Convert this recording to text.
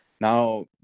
now